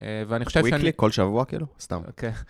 ואני חושב שאני, כל שבוע כאילו, סתם.